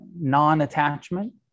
non-attachment